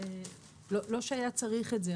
לא שהיה צריך את זה,